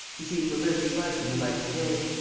he seemed to live his life in the light of day.